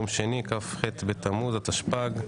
היום יום שני, כ"ח בתמוז, התשפ"ג.